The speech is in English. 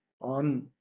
on